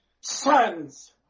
sons